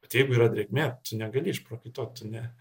bet jeigu yra drėgmė tu negali išprakaituot tu ne